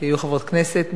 כי היו חברות כנסת,